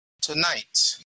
Tonight